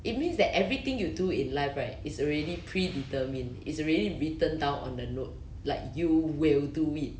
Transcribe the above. it means that everything you do in life right is already predetermined is already written down on a note like you will do it